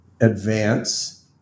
advance